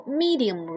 medium